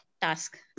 task